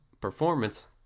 performance